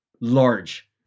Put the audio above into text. large